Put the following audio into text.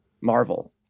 Marvel